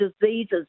diseases